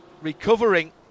recovering